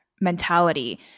mentality